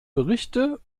berichte